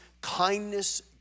kindness